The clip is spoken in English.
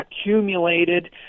accumulated